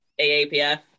AAPF